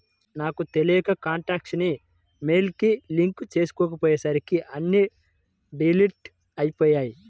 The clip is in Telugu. నాకు తెలియక కాంటాక్ట్స్ ని మెయిల్ కి సింక్ చేసుకోపొయ్యేసరికి అన్నీ డిలీట్ అయ్యిపొయ్యాయి